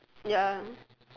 ya